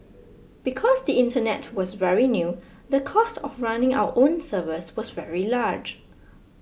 because the internet was very new the cost of running our own servers was very large